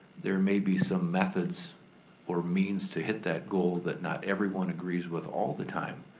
there may be some methods or means to hit that goal that not everyone agrees with all the time.